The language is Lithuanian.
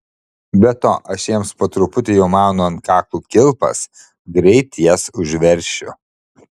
be to aš jiems po truputį jau maunu ant kaklų kilpas greit jas užveršiu